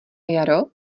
jaro